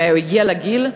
אם הוא הגיע לגיל,